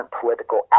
political